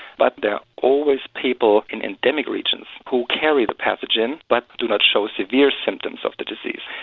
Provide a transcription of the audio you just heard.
but there are always people in endemic regions who carry the pathogen but do not show severe symptoms of the disease.